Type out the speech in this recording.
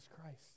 Christ